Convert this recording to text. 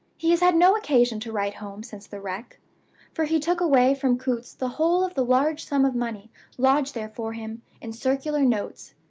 he has had no occasion to write home since the wreck for he took away from coutts's the whole of the large sum of money lodged there for him, in circular notes.